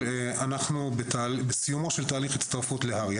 אנחנו בסיומו של תהליך הצטרפות להר"י.